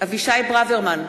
אבישי ברוורמן,